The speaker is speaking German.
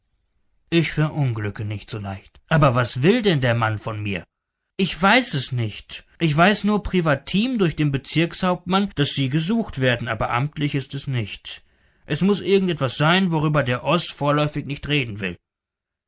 ich verunglücke nicht so leicht aber was will denn der mann von mir ich weiß es nicht ich weiß nur privatim durch den bezirkshauptmann daß sie gesucht werden aber amtlich ist es nicht es muß irgend etwas sein worüber der oß vorläufig nicht reden will